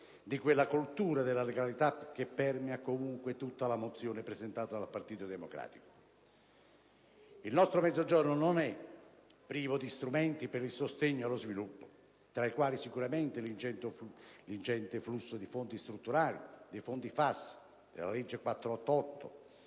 di quella cultura della legalità che permea tutta la mozione presentata dal Partito Democratico. Il nostro Mezzogiorno non è neppure privo di strumenti per il sostegno allo sviluppo, tra i quali l'ingente flusso di fondi strutturali comunitari, i fondi FAS, la legge n.